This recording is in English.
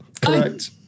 Correct